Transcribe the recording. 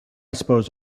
suppose